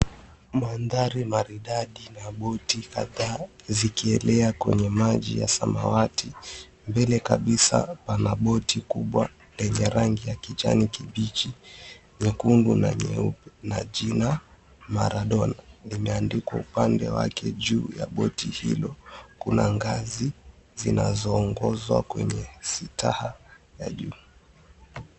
Mandhari maridadi na boti kadhaa zikielea kwenye maji ya samawati. Mbele kabisa pana boti kubwa lenye rangi ya kijani kibichi, nyekundu na nyeupe na jina MARADONA limeandikwa upande wake juu ya boti hilo. Kuna ngazi zinazoongozwa kwenye staha ya juu.